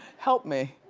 help me.